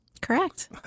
Correct